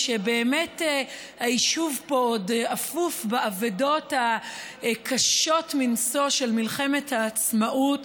כשבאמת היישוב פה עוד אפוף באבדות הקשות מנשוא של מלחמת העצמאות,